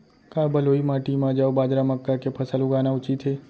का बलुई माटी म जौ, बाजरा, मक्का के फसल लगाना उचित हे?